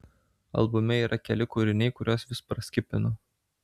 albume yra keli kūriniai kuriuos vis praskipinu